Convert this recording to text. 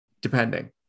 depending